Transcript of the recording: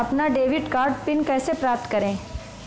अपना debit card pin कैसे प्राप्त करें?